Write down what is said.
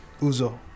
Uzo